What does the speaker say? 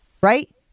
right